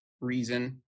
reason